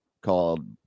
called